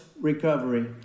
recovery